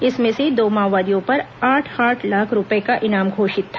इनमें से दो माओवादियों पर आठ आठ लाख रूपये का इनाम घोषित था